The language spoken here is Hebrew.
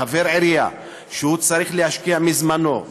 חבר עירייה שצריך להשקיע מזמנו,